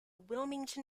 wilmington